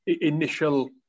initial